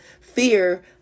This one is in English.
Fear